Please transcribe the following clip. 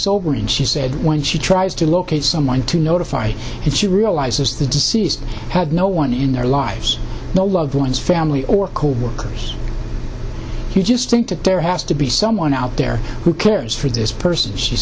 sobering she said when she tries to locate someone to notify if she realizes the deceased had no one in their lives no loved ones family or coworkers who just think that there has to be someone out there who cares for this person she